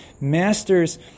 masters